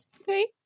okay